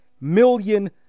million